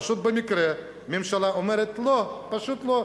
פשוט במקרה הממשלה אומרת "לא", פשוט "לא".